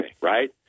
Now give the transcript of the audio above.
right